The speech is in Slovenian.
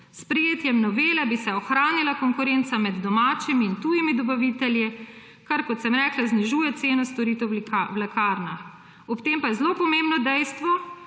S sprejetjem novele bi se ohranila konkurenca med domačimi in tujimi dobavitelji, kar kot sem rekla, znižuje ceno storitev v lekarnah. Ob tem pa je zelo pomembno dejstvo,